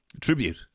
tribute